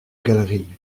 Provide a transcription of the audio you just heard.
galerie